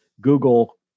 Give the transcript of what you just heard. Google